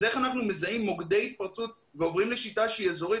אחרת איך נזהה מוקדי התפרצות ונעבור לשיטה שהיא אזורית?